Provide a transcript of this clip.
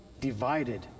divided